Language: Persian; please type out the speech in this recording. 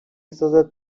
سازد